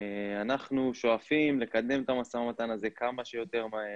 אנחנו שואפים לקדם את המשא ומתן הזה כמה שיותר מהר,